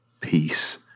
peace